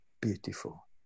beautiful